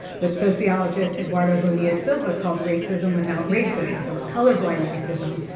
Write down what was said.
what sociologist eduardo bonilla-silva calls racism without racists or colorblind racism,